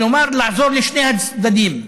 כלומר, לעזור לשני הצדדים.